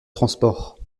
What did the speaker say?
transports